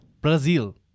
Brazil